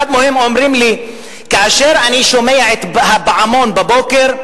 אחד מהם אומר לי: כאשר אני שומע את הפעמון בבוקר,